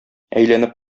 әйләнеп